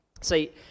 See